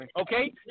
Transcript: Okay